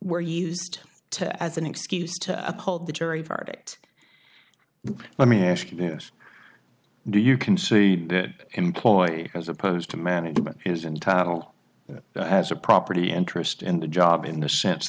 were used to as an excuse to uphold the jury verdict let me ask you this do you concede that employee as opposed to management is in tattle has a property interest in the job in the sense